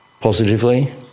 positively